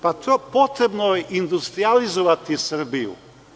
Potrebno je industrijalizovati Srbiju.